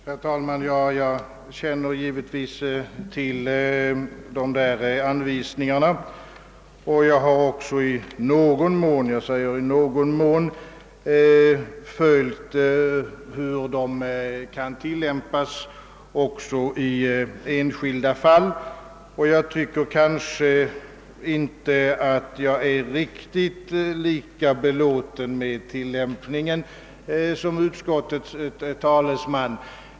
Herr talman! Jag känner givetvis till anvisningarna, och jag har i någon mån — jag understryker i någon mån — också följt hur de tillämpas i enskilda fall. Jag är kanske inte riktigt lika belåten med tillämpningen som utskottets talesman.